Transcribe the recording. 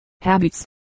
habits